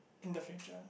in the future